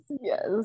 Yes